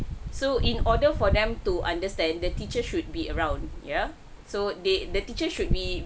so in order for them to understand the teacher should be around yeah so they the teacher should be